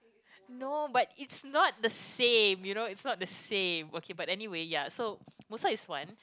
no but it's not the same you know it's not the same okay but anyway ya so Musa is once